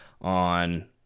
on